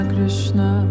Krishna